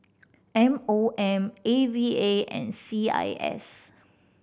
M O M A V A and C I S